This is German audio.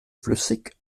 flüssig